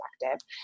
perspective